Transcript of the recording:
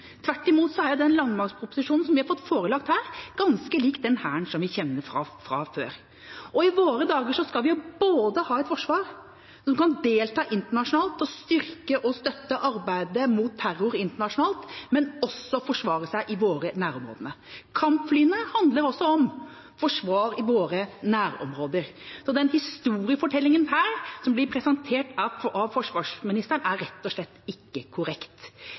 Tvert imot er den landmaktproposisjonen som vi har fått oss forelagt her, ganske lik den hæren som vi kjenner fra før. I våre dager skal vi ha et forsvar som både kan delta internasjonalt og styrke og støtte arbeidet mot terror internasjonalt, og forsvare seg i våre nærområder. Kampflyene handler også om forsvar i våre nærområder. Så den historiefortellingen som her blir presentert av forsvarsministeren, er rett og slett ikke korrekt.